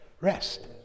Rest